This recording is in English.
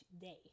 day